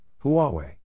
Huawei